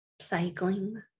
cycling